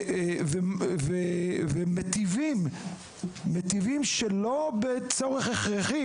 ומיטיבים שלא בצורך הכרחי